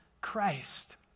Christ